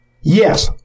Yes